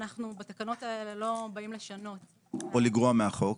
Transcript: שבתקנות האלה אנחנו לא באים לשנות או לגרוע מהחוק.